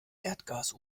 erdgas